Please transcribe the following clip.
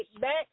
back